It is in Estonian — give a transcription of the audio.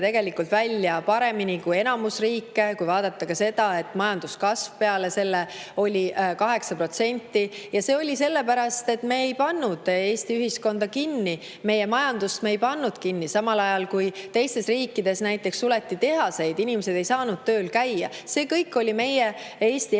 tegelikult välja paremini kui enamus riike, kui arvestada ka seda, et majanduskasv peale seda oli 8%. See oli sellepärast, et me ei pannud Eesti ühiskonda kinni, oma majandust me ei pannud kinni, samal ajal kui teistes riikides näiteks suleti tehaseid, inimesed ei saanud tööl käia. See kõik oli meie, Eesti